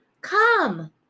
come